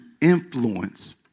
influence